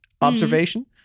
observation